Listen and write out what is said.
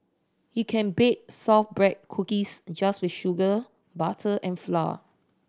you can bake shortbread cookies just with sugar butter and flour